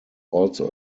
also